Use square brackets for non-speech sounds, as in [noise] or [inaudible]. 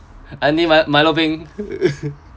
auntie milo milo peng [laughs]